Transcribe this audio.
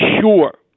sure